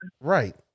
Right